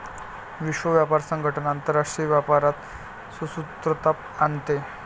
विश्व व्यापार संगठन आंतरराष्ट्रीय व्यापारात सुसूत्रता आणते